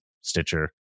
Stitcher